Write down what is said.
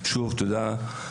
שוב, תודה.